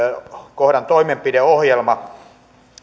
kohdan toimenpideohjelma